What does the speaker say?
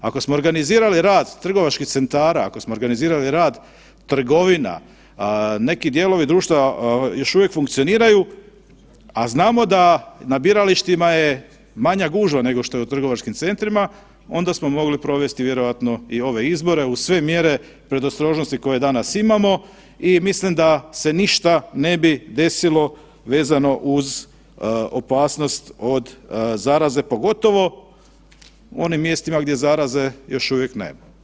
Ako smo organizirali rad trgovačkih centara, ako smo organizirali rad trgovina neki dijelovi društva još uvijek funkcioniraju, a znamo da na biralištima je manja gužva nego što je u trgovačkim centrima onda smo mogli provesti vjerojatno i ove izbore uz sve mjere predostrožnosti koje danas imamo i mislim da se ništa ne bi desilo vezano uz opasnost od zaraze, pogotovo u onim mjestima gdje zaraze još uvijek nema.